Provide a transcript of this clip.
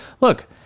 look